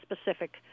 specific